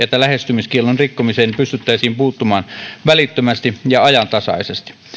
että lähestymiskiellon rikkomiseen pystyttäisiin puuttumaan välittömästi ja ajantasaisesti